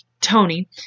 Tony